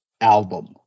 album